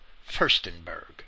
Furstenberg